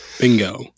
Bingo